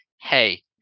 Hey